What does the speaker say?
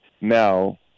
Now